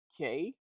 okay